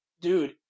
Dude